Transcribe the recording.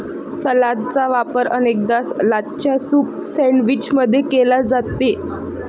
सलादचा वापर अनेकदा सलादच्या सूप सैंडविच मध्ये केला जाते